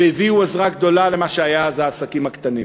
והביאו עזרה גדולה למה שהיה אז העסקים הקטנים.